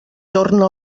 torna